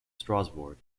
strasbourg